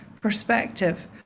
perspective